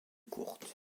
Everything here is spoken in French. courtes